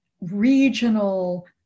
regional